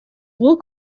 wool